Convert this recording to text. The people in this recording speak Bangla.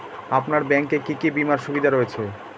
আপনার ব্যাংকে কি কি বিমার সুবিধা রয়েছে?